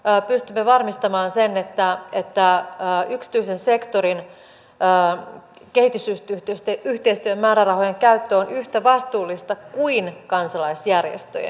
kuinka pystymme varmistamaan sen että yksityisen sektorin kehitysyhteistyömäärärahojen käyttö on yhtä vastuullista kuin kansalaisjärjestöjen